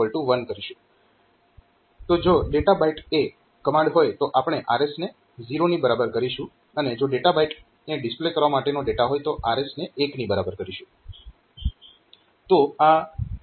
તો જો data byte એ કમાન્ડ હોય તો આપણે RS ને 0 ની બરાબર કરીશું અને જો ડેટા બાઈટ એ ડિસ્પ્લે કરવા માટેનો ડેટા હોય તો RS ને 1 ની બરાબર કરીશું